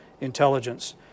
intelligence